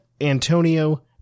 Antonio